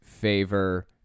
favor